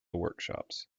workshops